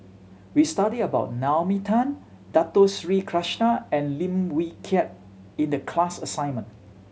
we studied about Naomi Tan Dato Sri Krishna and Lim Wee Kiak in the class assignment